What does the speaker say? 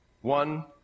One